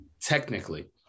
Technically